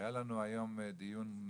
היה לנו היום דיון,